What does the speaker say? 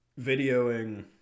videoing